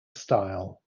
style